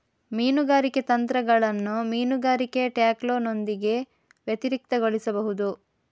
ಮೀನುಗಾರಿಕೆ ತಂತ್ರಗಳನ್ನು ಮೀನುಗಾರಿಕೆ ಟ್ಯಾಕ್ಲೋನೊಂದಿಗೆ ವ್ಯತಿರಿಕ್ತಗೊಳಿಸಬಹುದು